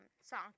song